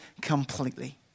completely